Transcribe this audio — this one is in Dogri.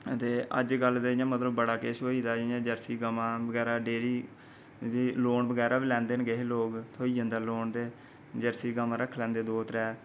अज्ज कल्ल ते जि'यां मता किश होई गेदा जि'यां जर्सी गवां ते ढेरी लोन बगैरा बी लैंदे न किश लोक केईं ते लोन मिली बी जंदा जर्सी गवां रक्खी लैंदे दो त्रै